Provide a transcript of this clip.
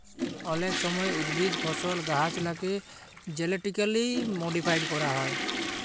অলেক সময় উদ্ভিদ, ফসল, গাহাচলাকে জেলেটিক্যালি মডিফাইড ক্যরা হয়